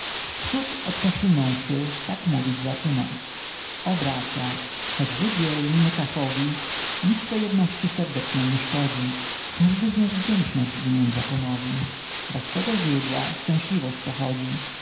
wprzód odkaszlnąwszy tak mówić zaczyna o bracia choć wy bieli my kafowi nic to jedności serdecznej nie szkodzi każdy z nas wdzięczność winien zakonowi bo z tego źródła szczęśliwość pochodzi